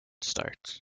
starts